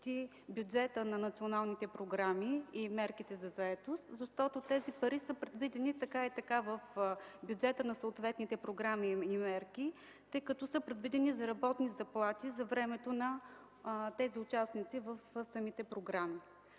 бюджетът на националните програми и мерките за заетост, защото тези пари са предвидени така и така в бюджета на съответните програми и мерки, тъй като са предвидени за работни заплати за времето на тези участници в самите програми.